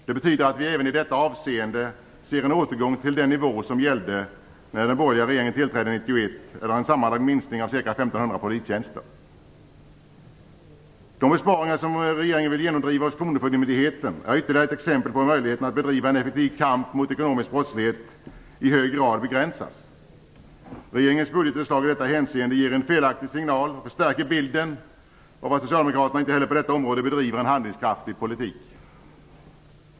Det betyder att vi även i detta avseende ser en återgång till den nivå som gällde när den borgerliga regeringen tillträdde 1991 eller en sammanlagd minskning av ca 1 500 polistjänster. De besparingar som regeringen vill genomdriva hos kronofogdemyndigheten är ytterligare ett exempel på hur möjligheten att bedriva en effektiv kamp mot ekonomisk brottslighet i hög grad begränsas. Regeringens budgetförslag i detta hänseende ger en felaktig signal och förstärker bilden av att socialdemokraterna inte heller på detta område bedriver en handlingskraftig politik.